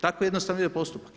Tako jednostavno ide postupak.